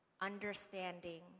understanding